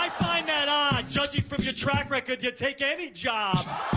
find that odd judging your track record you'll take any jobs